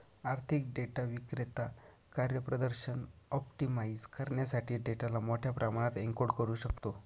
आर्थिक डेटा विक्रेता कार्यप्रदर्शन ऑप्टिमाइझ करण्यासाठी डेटाला मोठ्या प्रमाणात एन्कोड करू शकतो